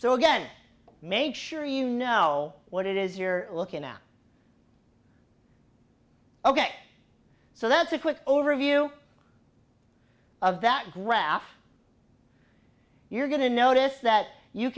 so again make sure you know what it is you're looking at ok so that's a quick overview of that graph you're going to notice that you